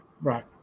Right